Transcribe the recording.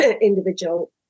individual